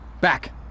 Back